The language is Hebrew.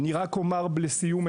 לסיום,